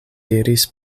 diris